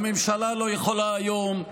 הממשלה לא יכולה היום,